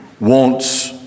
wants